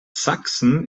sachsen